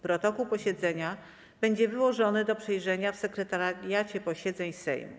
Protokół posiedzenia będzie wyłożony do przejrzenia w Sekretariacie Posiedzeń Sejmu.